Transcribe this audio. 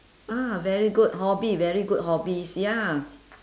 ya very good hobby very good hobbies ya